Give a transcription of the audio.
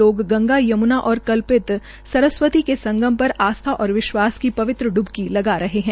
लाग गंगा यमुना और कल्पित सरस्वती के संगम पर आस्था और विश्वास की पवित्र ड्बकी लगा रहे है